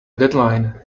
deadline